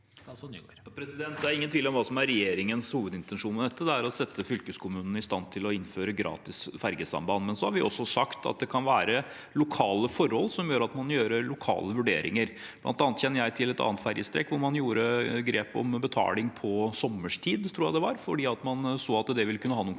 Det er ingen tvil om hva som er regjeringens hovedintensjon med dette. Det er å sette fylkeskommunene i stand til å innføre gratis ferjesamband. Så har vi også sagt at det kan være lokale forhold som gjør at man må gjøre lokale vurderinger. Blant annet kjenner jeg til et annet ferjestrekk hvor man gjorde grep om betaling på sommerstid, tror jeg det var, fordi man så at det ville kunne ha noen konsekvenser